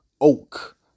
oak